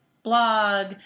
blog